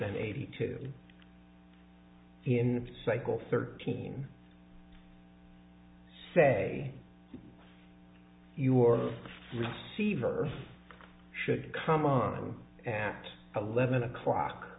and eighty two in cycle thirteen say your receiver should come on at eleven o'clock